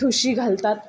ठुशी घालतात